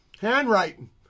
handwriting